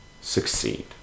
succeed